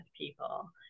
people